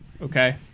Okay